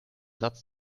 satz